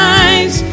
eyes